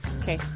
Okay